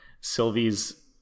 Sylvie's